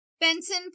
Benson